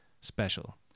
special